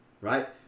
right